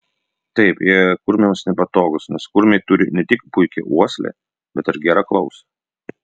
taip jie kurmiams nepatogūs nes kurmiai turi ne tik puikią uoslę bet ir gerą klausą